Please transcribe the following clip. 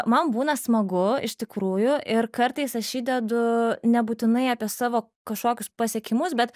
man būna smagu iš tikrųjų ir kartais aš įdedu nebūtinai apie savo kažkokius pasiekimus bet